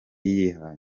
yihaye